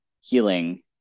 healing